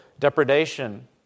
Depredation